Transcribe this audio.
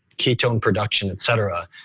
ketone production, et cetera.